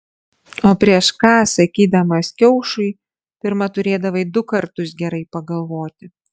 o prieš ką sakydamas kiaušui pirma turėdavai du kartus gerai pagalvoti